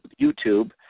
YouTube